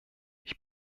ich